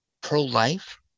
pro-life